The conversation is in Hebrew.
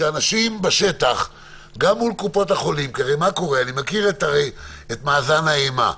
אני הרי מכיר את מאזן האימה: